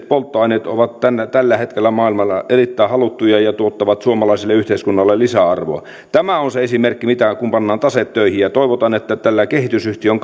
polttoaineet ovat tällä hetkellä maailmalla erittäin haluttuja ja tuottavat suomalaiselle yhteiskunnalle lisäarvoa tämä on esimerkki siitä mitä tapahtuu kun taseet laitetaan töihin ja toivotaan että tämän kehitysyhtiön